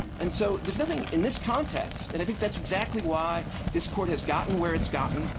and so there's nothing in this context and i think that's exactly why this court has gotten where it's gotten.